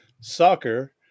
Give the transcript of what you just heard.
soccer